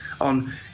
on